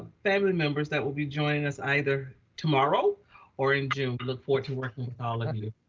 family members that will be joining us either tomorrow or in june. look forward to working with all of you